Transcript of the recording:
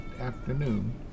afternoon